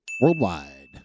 worldwide